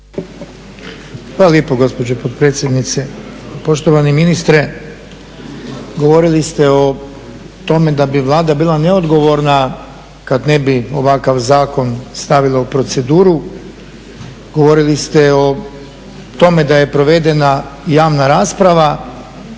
Hvala lijepo gospođo potpredsjednice, poštovani ministre. Govorili ste o tome da bi Vlada bila neodgovorna kad ne bi ovakav zakon stavila u proceduru. Govorili ste o tome da je provedena javna rasprava.